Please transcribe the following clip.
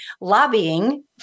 lobbying